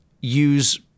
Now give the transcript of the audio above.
use